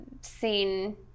seen